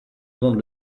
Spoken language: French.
monde